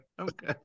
Okay